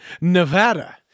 Nevada